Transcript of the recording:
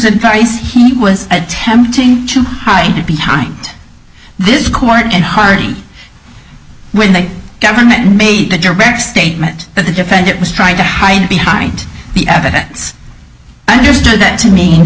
advice he was attempting to hide behind this court and hard when the government made the direct statement that the defendant was trying to hide behind the evidence i understood that to me